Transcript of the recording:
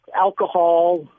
alcohol